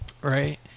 right